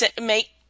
make